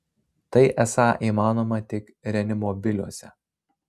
tai esą įmanoma tik reanimobiliuose